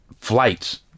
flights